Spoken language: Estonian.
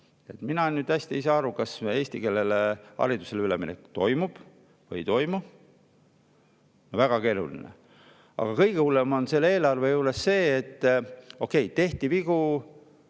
Mina nüüd hästi ei saa aru, kas eestikeelsele haridusele üleminek toimub või ei toimu. Väga keeruline. Aga kõige hullem selle eelarve juures on see, et okei, tehti vigu,